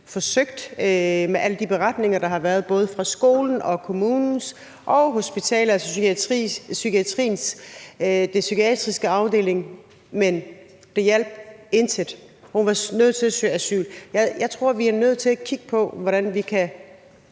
forsøgt med alle de beretninger, der har været både fra skolen og kommunen og hospitalet, altså den psykiatriske afdeling, men det hjalp intet, og hun var nødt til at søge asyl. Jeg tror, at vi er nødt til at kigge på, hvordan vi kan